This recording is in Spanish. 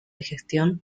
gestión